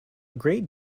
great